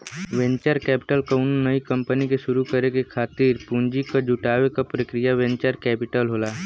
venture capital कउनो नई company के शुरू करे खातिर पूंजी क जुटावे क प्रक्रिया वेंचर कैपिटल होला